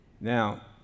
Now